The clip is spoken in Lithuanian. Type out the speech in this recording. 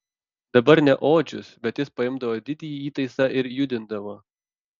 dabar ne odžius bet jis paimdavo didįjį įtaisą ir judindavo